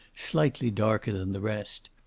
slightly darker than the rest.